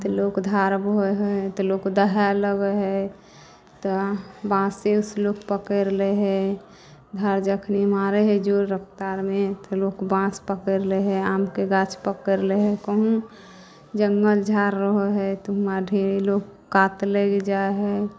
तऽ लोक धार बहै हइ तऽ लोक दहाए लगै हइ तऽ बाँसेसँ लोक पकड़ि लै हइ धार जखन मारै हइ जोर रफ्तारमे तऽ लोक बाँस पकड़ि लै हइ आमके गाछ पकड़ि लै हइ कोनो जङ्गल झाड़ रहै हइ तऽ हुआँ ढेरी लोक कात लागि जाइ हइ